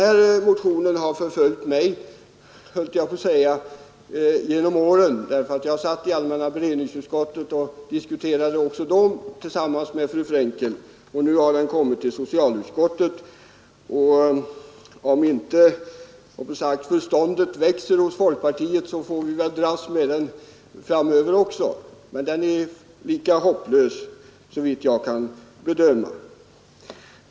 Detta motionsförslag har — låt mig säga det — förföljt mig genom åren. Jag diskuterade det även i allmänna beredningsutskottet med fru Frenkel, och nu har det kommit till socialutskottet. Om inte förståndet växer hos folkpartiet får vi väl dras med det också framöver, men det är såvitt jag kan bedöma fortfarande lika hopplöst.